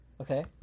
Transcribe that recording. Okay